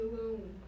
alone